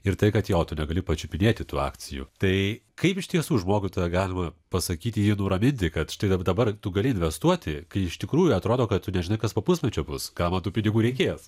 ir tai kad jo tu negali pačiupinėti tų akcijų tai kaip išties žmogui tada galima pasakyti jį nuraminti kad štai dabar tu gali investuoti kai iš tikrųjų atrodo kad tu nežinai kas po pusmečio bus kam ma tų pinigų reikės